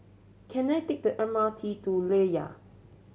can I take the M R T to Layar